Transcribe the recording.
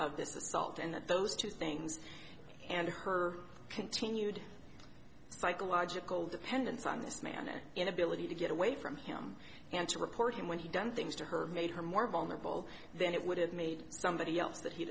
that those two things and her continued psychological dependence on this man an inability to get away from him and to report him when he done things to her made her more vulnerable then it would have made somebody else that he